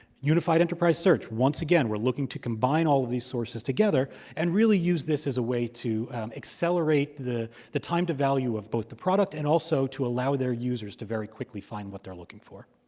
unified enterprise search, once again, we're looking to combine all of these sources together and really use this as a way to accelerate the the time to value of both the product and also to allow their users to very quickly find what they're looking for.